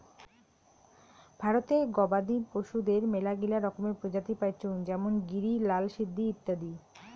ভারতে গবাদি পশুদের মেলাগিলা রকমের প্রজাতি পাইচুঙ যেমন গিরি, লাল সিন্ধি ইত্যাদি